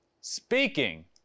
Speaking